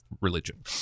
religion